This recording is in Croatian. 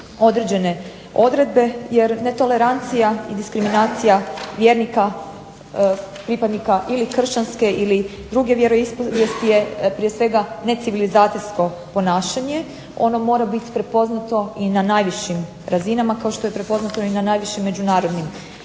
određene odredbe jer netolerancija i diskriminacija vjernika, pripadnika ili kršćanske ili druge vjeroispovijesti je prije svega necivilizacijsko ponašanje. Ono mora biti prepoznato i na najvišim razinama, kao što je prepoznato i na najvišim međunarodnim razinama.